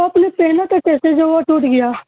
تو اپ نے پہنا کیسے جو وہ ٹوٹ گیا